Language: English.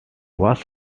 was